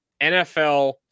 NFL